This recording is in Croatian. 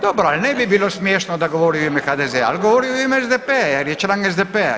Dobro, ali ne bi bilo smiješno da govori u ime HDZ-a, ali govori u ime SDP-a jer je član SDP-a.